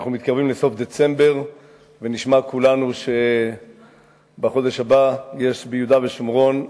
אנחנו מתקרבים לסוף דצמבר ונשמע כולנו בחודש הבא שיש ביהודה בשומרון,